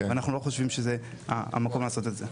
ואנחנו לא חושבים שזה המקום לעשות את זה.